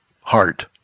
heart